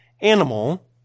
animal